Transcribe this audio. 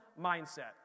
mindset